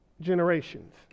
generations